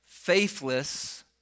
faithless